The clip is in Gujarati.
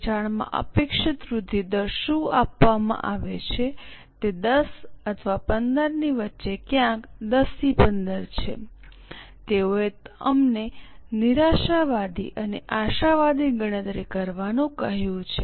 વેચાણમાં અપેક્ષિત વૃદ્ધિ દર શું આપવામાં આવે છે તે 10 અથવા 15 ની વચ્ચે ક્યાંક 10 થી 15 છે તેઓએ અમને નિરાશાવાદી અને આશાવાદી ગણતરી કરવાનું કહ્યું છે